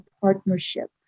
partnership